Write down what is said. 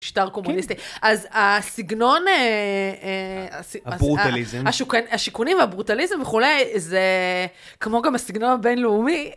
משטר קומוניסטי. אז הסגנון... הברוטליזם. השיכונים והברוטליזם וכולי, זה כמו גם הסגנון הבינלאומי.